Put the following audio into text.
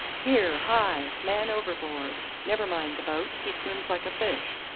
here, hi! man overboard! never mind the boat he swims like a fish.